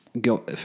go